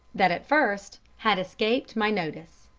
that, at first, had escaped my notice.